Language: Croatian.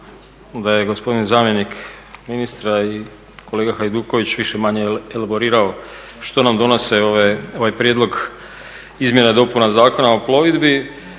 da je gospodin zamjenik ministra i kolega Hajduković više-manje elaborirao što nam donosi ovaj Prijedlog izmjena i dopuna Zakona o plovidbi.